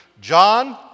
John